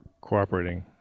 cooperating